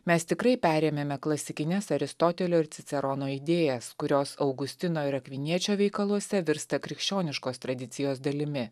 mes tikrai perėmėme klasikines aristotelio ir cicerono idėjas kurios augustino ir akviniečio veikaluose virsta krikščioniškos tradicijos dalimi